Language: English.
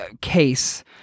case